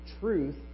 truth